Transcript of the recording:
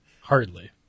Hardly